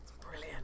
brilliant